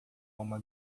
uma